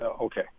Okay